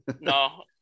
No